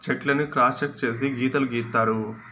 check లను cross check చేసి గీతలు గీత్తారు